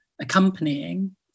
accompanying